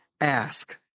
ask